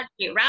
right